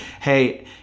Hey